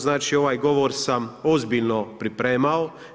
Znači ovaj govor sam ozbiljno pripremao.